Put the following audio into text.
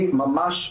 היא ממש,